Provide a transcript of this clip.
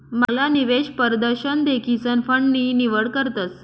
मांगला निवेश परदशन देखीसन फंड नी निवड करतस